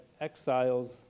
exiles